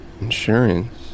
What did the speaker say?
insurance